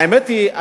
האמת היא,